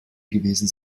gewesen